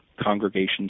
congregations